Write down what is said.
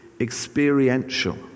experiential